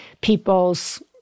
people's